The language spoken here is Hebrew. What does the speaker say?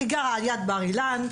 אני גרה ליד בר אילן,